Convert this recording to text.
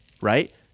right